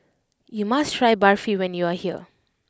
you must try Barfi when you are here